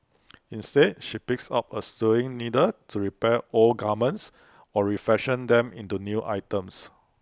instead she picks up her sewing needle to repair old garments or refashion them into new items